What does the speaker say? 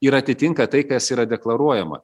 ir atitinka tai kas yra deklaruojama